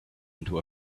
into